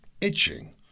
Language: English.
Itching